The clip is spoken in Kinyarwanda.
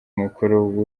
mukuru